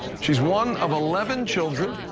she's one of eleven children,